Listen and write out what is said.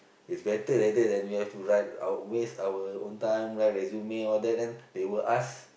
it's better like that than we have to write our waste our own time write resume all that then they will ask